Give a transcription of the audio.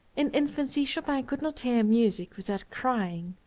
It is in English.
in infancy chopin could not hear music without crying.